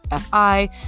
fi